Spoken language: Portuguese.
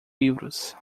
livros